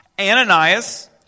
Ananias